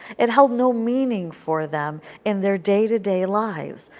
it held no meaning for them in their day to day lives.